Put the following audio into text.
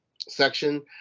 section